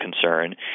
concern